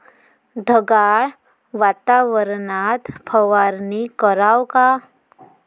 ढगाळ वातावरनात फवारनी कराव का?